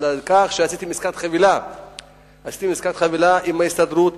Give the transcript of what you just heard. על כך שעשיתם עסקת חבילה של ההסתדרות,